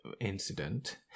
incident